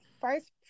first